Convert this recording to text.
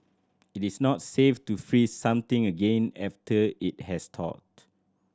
it is not safe to freeze something again after it has thawed